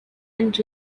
and